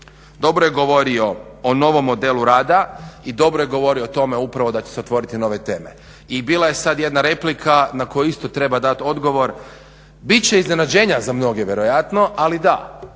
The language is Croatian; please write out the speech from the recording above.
dobro je govorio o novom modelu rada i dobro je govorio o tome upravo da će se otvoriti nove teme. I bila je sad jedna replika na koju isto treba dati odgovor. Bit će iznenađenja za mnoge vjerojatno, ali da.